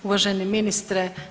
Uvaženi ministre.